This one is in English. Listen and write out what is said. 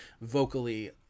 vocally